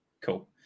cool